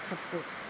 सब किछु